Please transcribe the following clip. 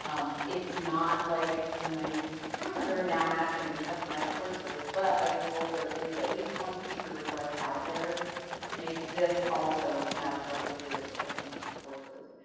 um it's not like the nice calendar now matching your customized course list, but i've been told there is at least one feature request out there to make this also match up with your customized course list,